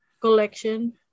collection